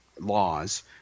laws